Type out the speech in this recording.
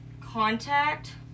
contact